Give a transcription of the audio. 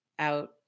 out